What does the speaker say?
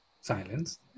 silence